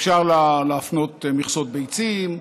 אפשר להפנות מכסות ביצים,